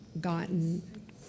gotten